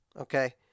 okay